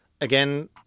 Again